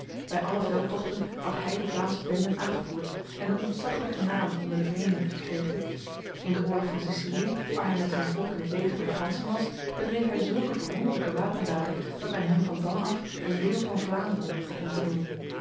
bij alle veldtochten had hij de vlaamse benden aangevoerd en een ontzaglijke naam onder de vreemden verkregen in de oorlog van sicilië waar hij met zijn volk in het leger der fransen was bedreef hij zulke verwonderlijke wapendaden dat men hem van dan af de leeuw van vlaanderen begon te noemen